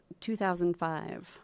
2005